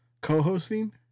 co-hosting